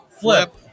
Flip